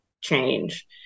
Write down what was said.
change